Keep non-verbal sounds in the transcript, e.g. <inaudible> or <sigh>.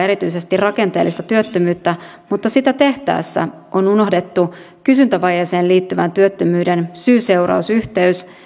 <unintelligible> erityisesti rakenteellista työttömyyttä mutta sitä tehtäessä on unohdettu kysyntävajeeseen liittyvän työttömyyden syy seuraus yhteys